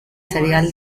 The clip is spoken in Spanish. serial